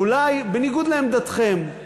אולי בניגוד לעמדתכם,